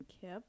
kip